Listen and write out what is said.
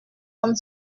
comme